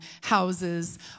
houses